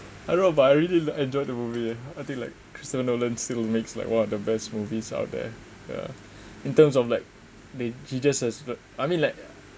I don't know but I really like enjoyed the movie I think like christopher nolan still makes like one of the best movies out there uh in terms of like they he just as th~ I mean like